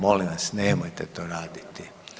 Molim vas, nemojte to raditi.